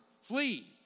flee